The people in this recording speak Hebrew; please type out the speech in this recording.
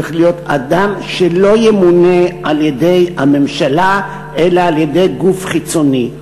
צריך להיות אדם שלא ימונה על-ידי הממשלה אלא על-ידי גוף חיצוני.